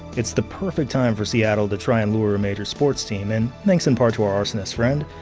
it's the perfect time for seattle to try and lure a major sports team. and thanks in part to our arsonist friend,